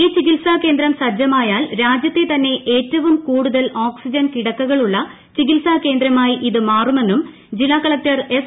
ഈ ചികിത്സ കേന്ദ്രം സജ്ജമായാൽ രാജ്യത്തെ തന്നെ ഏറ്റവും കൂടുതൽ ഓക്സിജൻ കിടക്കകളുള്ള ചികിത്സാ കേന്ദ്രമായി ഇത് മാറുമെന്നും ജില്ലാ കളക്ടർ എസ്